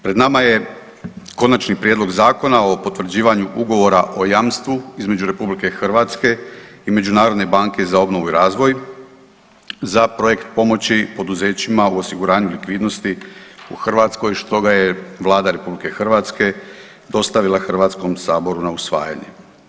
Pred nama je Konačni prijedlog Zakona o potvrđivanju o jamstvu između RH i Međunarodne banke za obnovu i razvoj za „Projekt pomoći poduzećima u osiguravanju likvidnosti u Hrvatskoj“ što ga je Vlada RH dostavila HS-u na usvajanje.